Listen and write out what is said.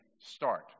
start